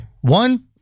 One